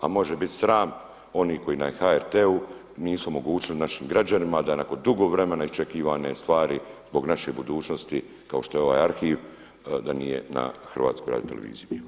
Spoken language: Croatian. A može biti sram oni koji na HRT-u nisu omogućili našim građanima da nakon dugo vremena iščekivane stvari zbog naše budućnosti kao što je ovaj arhiv da nije na HRT-u.